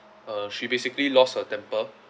uh she basically lost her temper